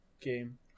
game